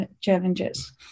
challenges